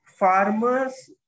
farmers